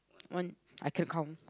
one I could count